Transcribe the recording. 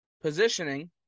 positioning